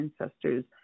ancestors